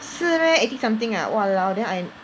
是 meh eighty something ah !walao! then I